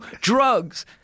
drugs